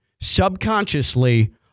subconsciously